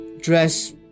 dress